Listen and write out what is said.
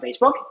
Facebook